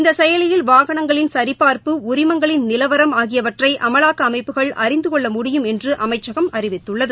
இந்தசெயலியில் வாகனங்களின் சரிபாா்ப்பு உரிமங்களின் நிலவரம் ஆகியவற்றைஅமலாக்கஅமைப்புகள் அறிந்துகொள்ள முடியும் என்றுஅமைச்சகம் அறிவித்துள்ளது